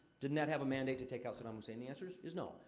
didn't that have a mandate to take out saddam hussein? the answer is is no.